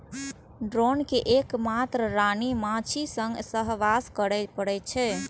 drone कें एक मात्र रानी माछीक संग सहवास करै पड़ै छै